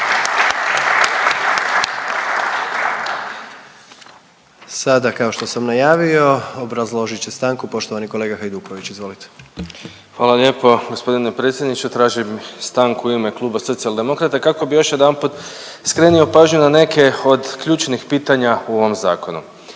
Sada kao što sam najavio obrazložit će stanku poštovani kolega Hajduković, izvolite. **Hajduković, Domagoj (Socijaldemokrati)** Hvala lijepo g. predsjedniče, tražim stanku u ime Kluba Socijaldemokrata kako bi još jedanput skrenio pažnju na neke od ključnih pitanja u ovom zakonu.